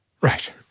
Right